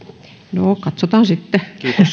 no katsotaan sitten